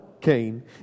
Cain